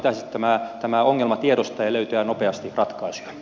pitäisi tämä ongelma tiedostaa ja löytyä nopeasti ratkaisuja